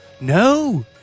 No